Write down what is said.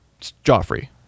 Joffrey